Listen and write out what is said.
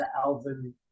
alvin